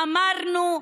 אמרנו,